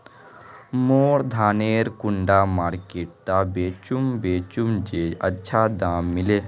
मोर धानेर कुंडा मार्केट त बेचुम बेचुम जे अच्छा दाम मिले?